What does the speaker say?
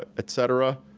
et cetera.